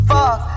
Fuck